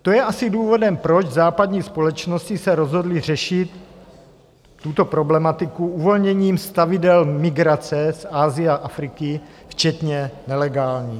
To je asi důvodem, proč se západní společnosti rozhodly řešit tuto problematiku uvolněním stavidel migrace z Asie a Afriky, včetně nelegální.